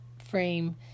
frame